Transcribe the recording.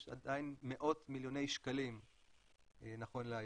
עדיין מאות מיליוני שקלים נכון להיום.